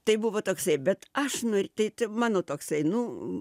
tai buvo toksai bet aš nu tai čia mano toksai nu